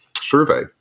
survey